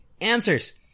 answers